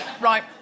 Right